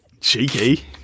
cheeky